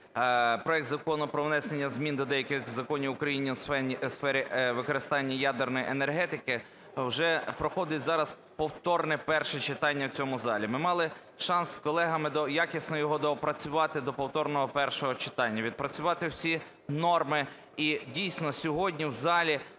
проект Закону про внесення змін до деяких законів України у сфері використання ядерної енергетики - вже проходить зараз повторне перше читання в цьому залі. Ми мали шанс з колегами якісно його доопрацювати до повторного першого читання, відпрацювати всі норми і дійсно сьогодні в залі